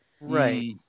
right